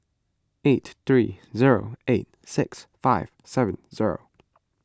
eight three zero eight six five seven zero